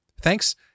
Thanks